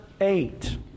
eight